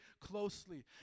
closely